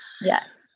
yes